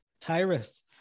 Tyrus